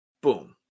boom